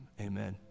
amen